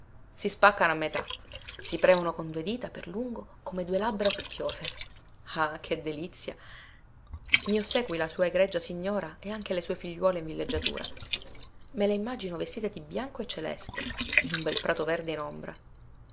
si spaccano a metà si premono con due dita per lungo come due labbra succhiose ah che delizia i ossequi la sua egregia signora e anche le sue figliuole in villeggiatura me le immagino vestite di bianco e celeste in un bel prato verde in ombra